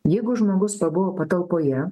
jeigu žmogus pabuvo patalpoje